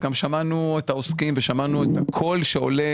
וגם שמענו את העוסקים ואת הקול שעולה,